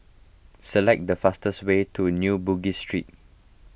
select the fastest way to New Bugis Street